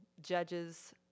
Judges